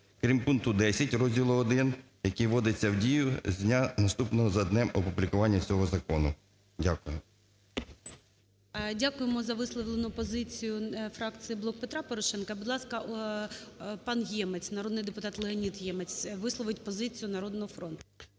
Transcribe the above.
"Крім пункту 10 розділу І, який вводиться в дію з дня, наступного за днем опублікування цього закону". Дякую. ГОЛОВУЮЧИЙ. Дякуємо за висловлену позицію фракції "Блок Петра Порошенка". І, будь ласка, пан Ємець, народний депутат Леонід Ємець висловить позицію "Народного фронту".